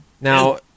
Now